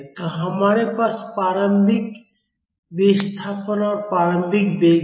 तो हमारे पास प्रारंभिक विस्थापन और प्रारंभिक वेग है